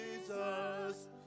Jesus